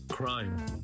Crime